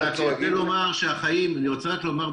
תראו, החיים הם לא ניסוי קליני.